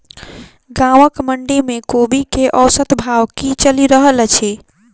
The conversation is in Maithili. गाँवक मंडी मे कोबी केँ औसत भाव की चलि रहल अछि?